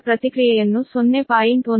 2 KV ಮತ್ತು ಅದರ ಪ್ರತಿಕ್ರಿಯೆಯನ್ನು 0